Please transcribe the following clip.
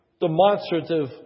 demonstrative